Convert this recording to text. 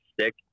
stick